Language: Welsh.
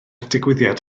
digwyddiad